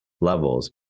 levels